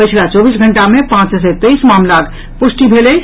पछिला चौबीस घंटा मे पांच सय तेईस मामिलाक पुष्टि भेल अछि